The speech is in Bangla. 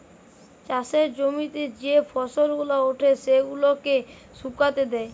চাষের জমিতে যে ফসল গুলা উঠে সেগুলাকে শুকাতে দেয়